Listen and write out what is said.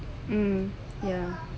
mm ya